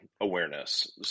awareness